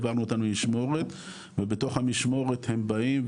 העברנו אותם למשמורת ובתוך המשמורת הם באים,